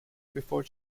before